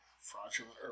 Fraudulent